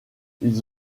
ils